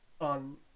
on